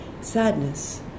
sadness